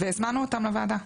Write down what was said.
והזמנו אותם לוועדה.